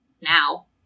now